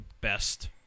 best